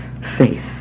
faith